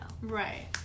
Right